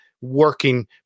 working